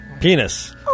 Penis